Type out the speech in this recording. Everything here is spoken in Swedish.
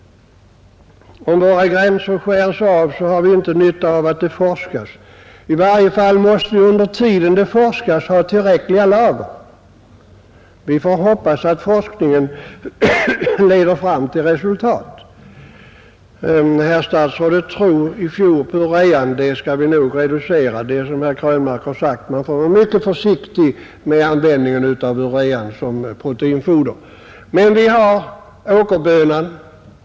Om våra gränser skärs av har vi inte nytta av att det forskas. I varje fall måste vi under tiden det forskas ha tillräckliga lager. Vi får alltså hoppas att forskningen leder fram till resultat. Herr statsrådet trodde i fjol på urea. Den tilltron bör nog reduceras. Som herr Krönmark har sagt får man nog vara mycket försiktig med användningen av urean som proteinfoder. Men vi har åkerbönan.